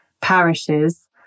parishes